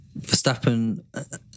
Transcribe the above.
Verstappen